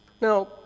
Now